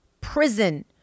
prison